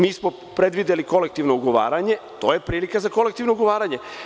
Nismo predvideli kolektivno ugovaranje, to je prilika za kolektivno ugovaranje.